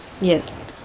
Yes